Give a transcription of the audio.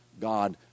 God